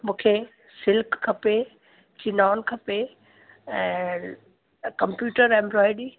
मूंखे सिल्क खपे छिनान खपे ऐं कंप्यूटर एंब्रॉयडरी